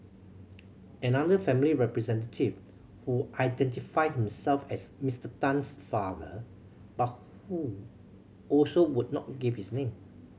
another family representative who identified himself as Mister Tan's father but who also would not give his name